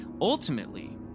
Ultimately